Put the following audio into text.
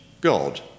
God